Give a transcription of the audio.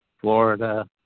Florida